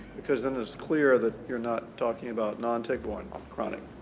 because then it's clear that you're not talking about non-tick-borne chronic.